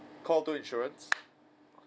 call two insurance